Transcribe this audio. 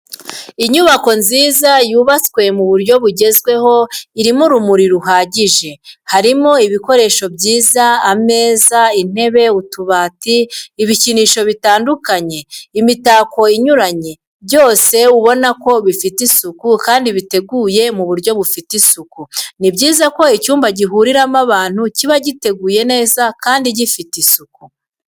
Inyubako nziza yubatswe mu buryo bugezweho irimo urumuri ruhagije, harimo ibikoresho byiza, ameza, intebe, utubati, ibikinisho bitandukanye, imitako inyuranye byose ubona ko bifite isuku kandi biteguye mu buryo bufite isuku. Ni byiza ko icyumba gihuriramo abantu kiba giteguye neza kandi gifite isuku.